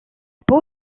peau